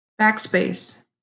Backspace